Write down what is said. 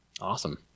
Awesome